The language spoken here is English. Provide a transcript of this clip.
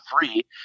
three